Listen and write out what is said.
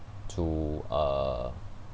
to uh